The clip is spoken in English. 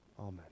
Amen